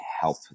help